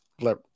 let